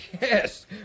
Yes